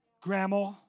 grandma